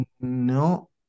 No